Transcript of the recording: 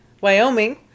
Wyoming